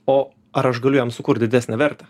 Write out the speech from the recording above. o ar aš galiu jam sukurt didesnę vertę